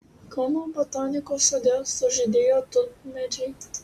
kauno botanikos sode sužydėjo tulpmedžiai